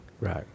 Right